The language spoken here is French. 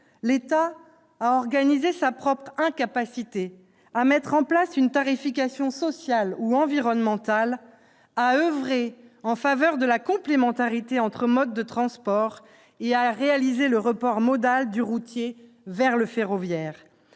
L'État a organisé sa propre incapacité à mettre en place une tarification sociale ou environnementale, à oeuvrer en faveur de la complémentarité entre modes de transport et à réaliser le report modal du routier vers le ferroviaire.